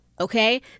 Okay